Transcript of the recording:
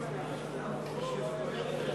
לשבת.